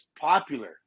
popular